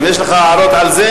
אם יש לך הערות על זה,